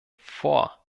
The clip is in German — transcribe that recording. vor